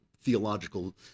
theological